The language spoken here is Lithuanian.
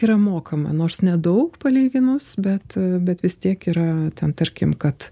yra mokama nors nedaug palyginus bet bet vis tiek yra ten tarkim kad